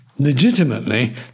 legitimately